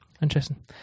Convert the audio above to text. Interesting